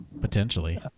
potentially